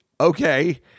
okay